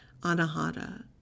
anahata